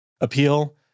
appeal